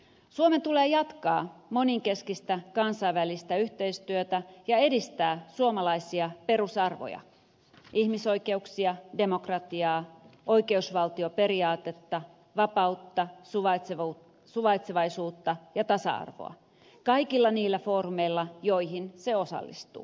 suomen tulee jatkaa monenkeskistä kansainvälistä yhteistyötä ja edistää suomalaisia perusarvoja ihmisoikeuksia demokratiaa oikeusvaltioperiaatetta vapautta suvaitsevaisuutta ja tasa arvoa kaikilla niillä foorumeilla joihin se osallistuu